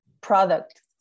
product